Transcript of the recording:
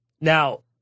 Now